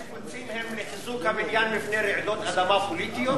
השיפוצים הם לחיזוק הבניין מפני רעידות אדמה פוליטיות?